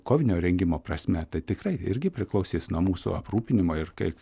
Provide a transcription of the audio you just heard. kovinio rengimo prasme tai tikrai irgi priklausys nuo mūsų aprūpinimo ir kaip